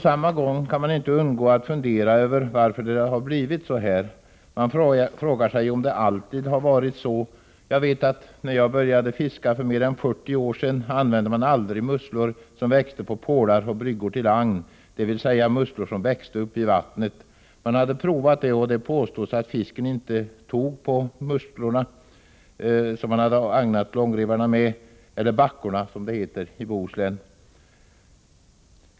Samtidigt kan man inte undgå att fundera över varför det har blivit så här. Man frågar sig om dessa problem alltid har funnits. Jag vet att när jag började fiska för mer än 40 år sedan, använde man aldrig musslor som växte på pålar och bryggor till agn — dvs. musslor som växte uppe i vattnet. Man hade provat den metoden, men det påstods att fisken undvek långrevarna, eller backorna som det heter i Bohuslän, om de hade agnats med sådana musslor.